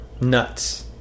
nuts